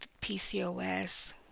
PCOS